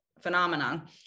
phenomenon